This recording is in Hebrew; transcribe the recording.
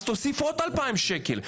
אז תוסיף עוד 2,000 שקל,